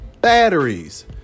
batteries